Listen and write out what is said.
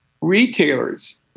Retailers